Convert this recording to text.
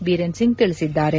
ಬೀರೇನ್ ಸಿಂಗ್ ತಿಳಿಸಿದ್ದಾರೆ